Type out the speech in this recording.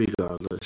Regardless